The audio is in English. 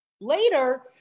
later